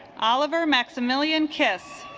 oliver maximilian kiss